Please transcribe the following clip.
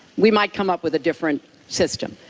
we might come up with a different system.